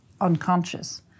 unconscious